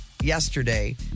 yesterday